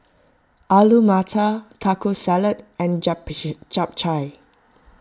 Alu Matar Taco Salad and Japchae